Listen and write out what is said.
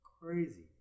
crazy